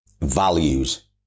values